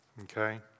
okay